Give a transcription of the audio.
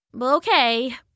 Okay